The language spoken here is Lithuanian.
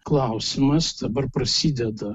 klausimas dabar prasideda